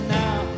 now